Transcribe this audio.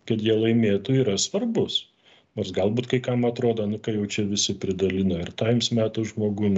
kad jie laimėtų yra svarbus nors galbūt kai kam atrodo nu ka jau čia visi pridalino ir times metų žmogum